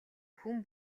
хүн